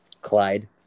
Clyde